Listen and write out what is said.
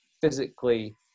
physically